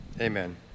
Amen